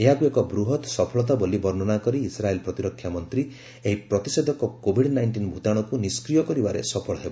ଏହାକୁ ଏକ ବୃହତ ସଫଳତା ବୋଲି ବର୍ଷ୍ଣନା କରି ଇସ୍ରାଏଲ୍ ପ୍ରତିରକ୍ଷାମନ୍ତ୍ରୀ କହିଛନ୍ତି ଏହି ପ୍ରତିଷେଧକ କୋଭିଡ୍ ନାଇଣ୍ଟିନ୍ ଭ୍ତାଣୁକୁ ନିଷ୍କ୍ରିୟ କରିବାରେ ସଫଳ ହେବ